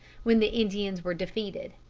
when the indians were defeated.